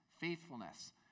faithfulness